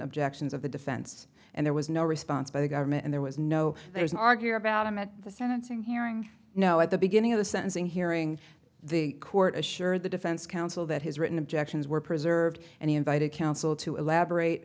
objections of the defense and there was no response by the government and there was no there is argue about him at the senate saying hearing no at the beginning of the sentencing hearing the court assured the defense counsel that his written objections were preserved and he invited counsel to elaborate